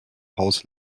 haus